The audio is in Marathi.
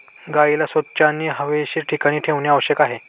गाईला स्वच्छ आणि हवेशीर ठिकाणी ठेवणे आवश्यक आहे